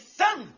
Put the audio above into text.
son